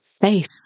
Faith